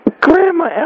grandma